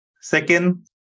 Second